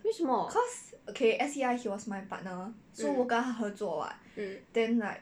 为什么 mm mm